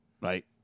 Right